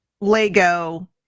Lego